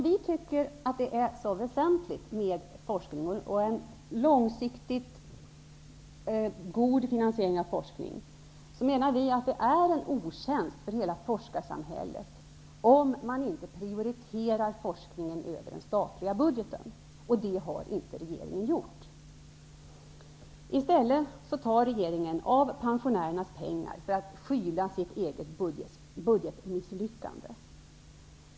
Vi tycker att det är väsentligt med forskning och en långsiktigt god finansiering av den. Vi menar att det är en otjänst för hela forskarsamhället om man inte prioriterar forskningen över den statliga budgeten. Det har inte regeringen gjort. I stället tar regeringen av pensionärernas pengar för att skyla sitt eget budgetmisslyckande.